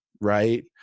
right